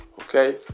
Okay